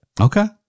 Okay